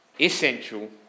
essential